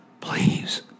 Please